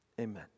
amen